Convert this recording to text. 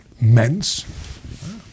Men's